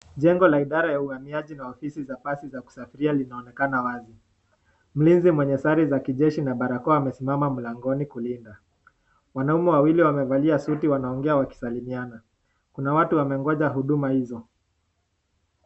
Jengo la idara la uhamiaji na ofisi za pasi za kusafiria zinaonekana wazi. Mlinzi mwenye sare za kijeshi na barakoa amesimama mlangoni kulinda. Wanaume wawili wamevalia suti wanaongea wakisalimiana. Kuna watu wamegonja huduma hizo.